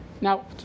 Now